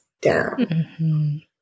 down